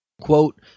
Quote